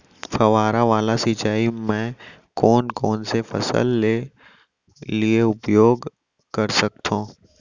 फवारा वाला सिंचाई मैं कोन कोन से फसल के लिए उपयोग कर सकथो?